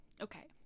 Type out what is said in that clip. okay